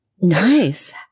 Nice